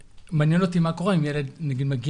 מעניין אותי מה קורה אם ילד נעצר,